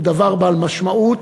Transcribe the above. הם דבר בעל משמעות,